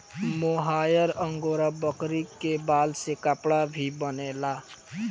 मोहायर angora बकरी के बाल से कपड़ा भी बनेला